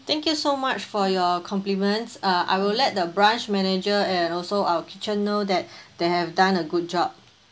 thank you so much for your compliments uh I will let the branch manager and also our kitchen know that they have done a good job